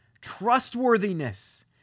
trustworthiness